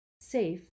safe